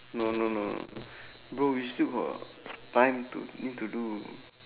no no no bro we still got time to need to do